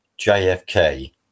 JFK